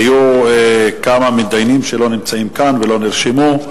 היו כמה מתדיינים שלא נמצאים כאן ולא נרשמו.